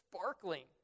sparkling